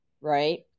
right